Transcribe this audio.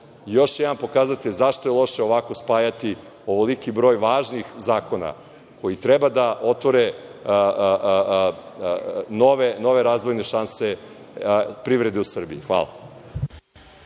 još jedan pokazatelj zašto je loše ovako spajati ovoliki broj važnih zakona koji treba da otvore nove razvojne šanse privrede u Srbiji. Hvala.